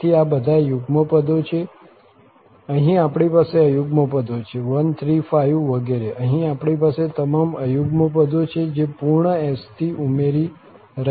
તેથી આ બધા યુગ્મ પદો છે અહીં આપણી પાસે અયુગ્મ પદો છે 135 વગેરે અહીં આપણી પાસે તમામ અયુગ્મ પદો છે જે પૂર્ણ S સુધી ઉમેરી રહ્યા છે